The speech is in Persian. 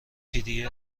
pdf